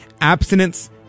Abstinence